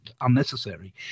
unnecessary